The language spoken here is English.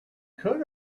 could